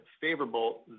favorable